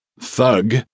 thug